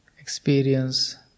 experience